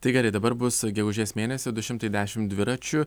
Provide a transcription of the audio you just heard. tai gerai dabar bus gegužės mėnesį du šimtai dešim dviračių